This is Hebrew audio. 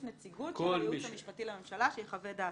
נציגות של הייעוץ המשפטי לממשלה שיחווה את דעתו.